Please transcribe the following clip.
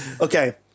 Okay